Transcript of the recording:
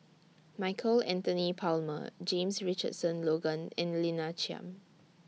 Michael Anthony Palmer James Richardson Logan and Lina Chiam